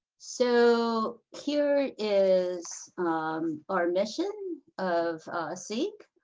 so, here is um our mission of seag.